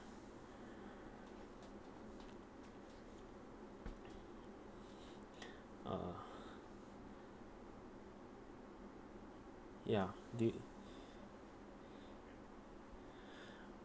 uh ya did